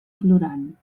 plorant